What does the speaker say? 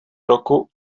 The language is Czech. roku